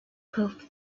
both